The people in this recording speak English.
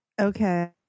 okay